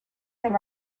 some